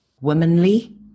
womanly